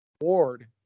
Ward